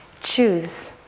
Choose